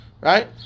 Right